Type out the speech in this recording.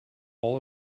all